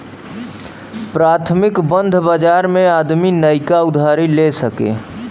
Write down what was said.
प्राथमिक बंध बाजार मे आदमी नइका उधारी ले सके